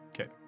Okay